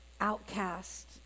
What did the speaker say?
outcast